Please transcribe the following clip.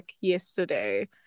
yesterday